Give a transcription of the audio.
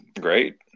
great